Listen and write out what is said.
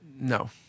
No